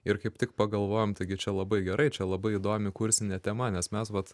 ir kaip tik pagalvojom taigi čia labai gerai čia labai įdomi kursinė tema nes mes vat